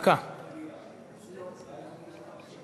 אני מציע שנשמע קודם את העמדות הנוספות של חברי